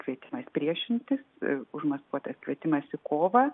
kvietimas priešintis ir užmaskuotas kvietimas į kovą